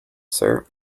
sir